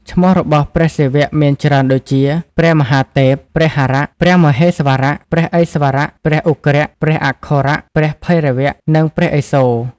ឈ្មោះរបស់ព្រះសិវៈមានច្រើនដូចជា ៖ ព្រះមហាទេព ,ព្រះហរៈ ,ព្រះមហេស្វរៈ ,ព្រះឥស្វរៈ ,ព្រះឧគ្រៈ ,ព្រះអឃោរ ,ព្រះភៃរវៈ និងព្រះឥសូរ។